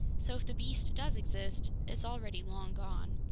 so if the beast does exist, it's already long gone!